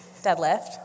Deadlift